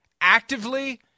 Actively